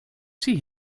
see